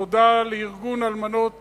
תודה לארגון אלמנות